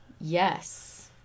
Yes